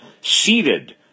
seated